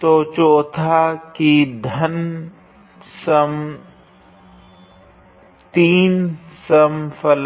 तो चोथा की धन 3 सम फलन है